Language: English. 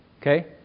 okay